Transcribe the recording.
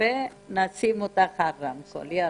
שומעים אותך אלין.